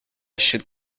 should